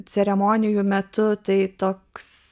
ceremonijų metu tai toks